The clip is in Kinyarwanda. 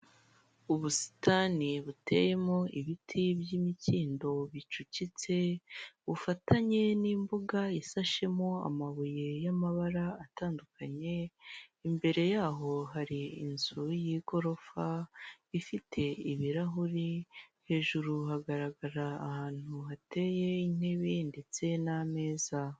Ubusitani buteyemo ibiti by'imikindo bicucitse, bufatanye n'imbuga ishashemo amabuye y'amabara atandukanye, imbere yaho hari inzu y'igorofa ifite ibirahuri, hejuru hagarara ahantu hateye intebe ndetse n'ameza.